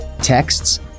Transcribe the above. texts